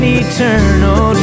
eternal